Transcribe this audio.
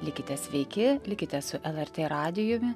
likite sveiki likite su lrt radijumi